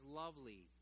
lovely